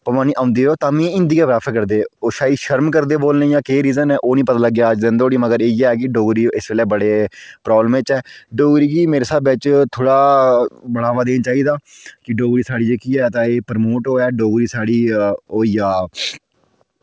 बा भामें औंदी तां बी हिंदी प्रैफर करदे ओह् शर्म करदे बोलने गी जां केह् रीज़न ऐ ओह् निं पता लग्गेआ अज्ज तक्क एल्लै धोड़ी पर इ'यै कि डोगरी बड़े प्रॉब्लम च ऐ डोगरी गी मेरे स्हाबै च थोह्ड़ा बढ़ावा देना चाहिदा की डोगरी साढ़ी जेह्की ऐ एह् प्रमोट होऐ डोगरी जेह्की साढ़ी ओह् होई जा